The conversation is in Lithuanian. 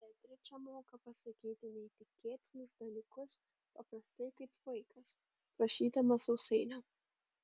beatričė moka pasakyti neįtikėtinus dalykus paprastai kaip vaikas prašydamas sausainio